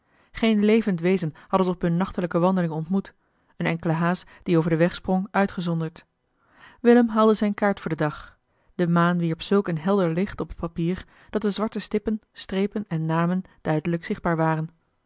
geen levend wezen hadden ze op hunne nachtelijke wandeling ontmoet een enkele haas die over den weg sprong uitgezonderd willem haalde zijne kaart voor den dag de maan wierp zulk een helder licht op het papier dat de zwarte stippen strepen en namen duidelijk zichtbaar waren